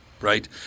Right